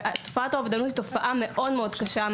תופעת האובדנות היא תופעה מאוד קשה.